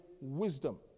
wisdom